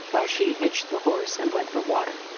while she hitched the horse and went for water.